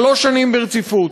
שלוש שנים ברציפות.